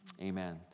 amen